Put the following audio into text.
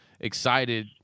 excited